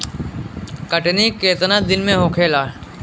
कटनी केतना दिन में होखेला?